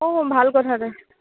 অ ভাল কথা দে